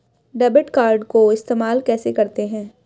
Debit card को इस्तेमाल कैसे करते हैं?